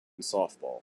softball